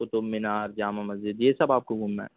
قطب مینار جامع مسجد یہ سب آپ کو گھومنا ہے